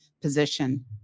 position